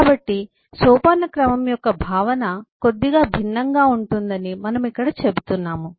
కాబట్టి సోపానక్రమం యొక్క భావన కొద్దిగా భిన్నంగా ఉంటుందని మనము ఇక్కడ చెబుతున్నాము